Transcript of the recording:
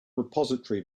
repository